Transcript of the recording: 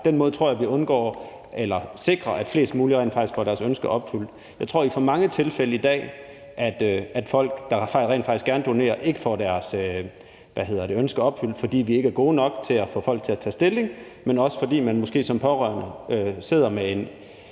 den måde tror jeg vi sikrer, at flest mulige rent faktisk får deres ønske opfyldt. Jeg tror, at det i for mange tilfælde i dag er sådan, at folk, der rent faktisk gerne vil donere, ikke får deres ønske opfyldt, fordi vi ikke er gode nok til at få folk til at tage stilling, men også, fordi man måske som pårørende sidder med et